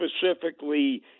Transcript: specifically